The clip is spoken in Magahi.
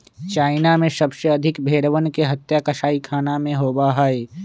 चाइना में सबसे अधिक भेंड़वन के हत्या कसाईखाना में होबा हई